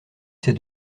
ces